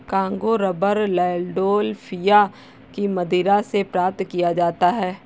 Congo rubber Landolphia की मदिरा से प्राप्त किया जाता है